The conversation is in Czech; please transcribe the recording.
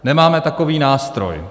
Nemáme takový nástroj.